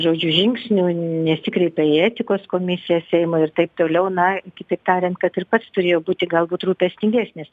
žodžiu žingsnių nesikreipė į etikos komisiją seimą ir taip toliau na kitaip tariant kad ir pats turėjo būti galbūt rūpestingesnis